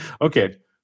Okay